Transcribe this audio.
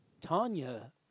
Tanya